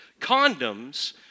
Condoms